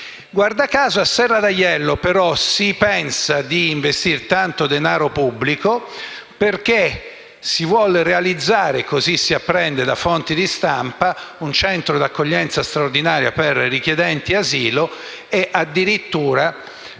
Guarda caso, a Serra d’Aiello si pensa però di investire tanto denaro pubblico perché si vuol realizzare - così si apprende da fonti di stampa - un centro di accoglienza straordinaria per richiedenti asilo e, addirittura,